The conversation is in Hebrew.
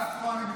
השר?